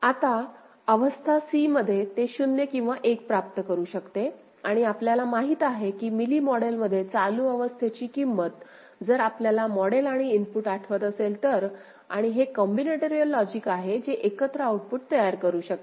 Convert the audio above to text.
आता अवस्था c मध्ये ते 0 किंवा 1 प्राप्त करू शकते आणि आपल्याला माहित आहे की मीली मॉडेल मध्ये चालू अवस्थेची किंमत जर आपल्याला मॉडेल आणि इनपुट आठवत असेल तर आणि हे कॉम्बिनेटोरिअल लॉजिक आहे जे एकत्र आउटपुट तयार करू शकते